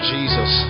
Jesus